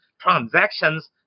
Transactions